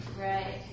Right